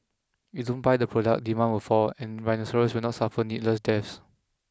if we don't buy the product demand will fall and rhinoceroses will not suffer needless deaths